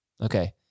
Okay